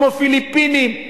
כמו הפיליפינים.